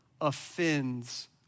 offends